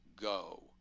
go